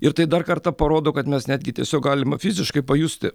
ir tai dar kartą parodo kad mes netgi tiesiog galim fiziškai pajusti